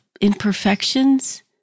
imperfections